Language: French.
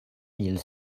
mille